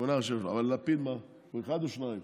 או שניים?